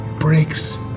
breaks